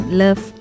love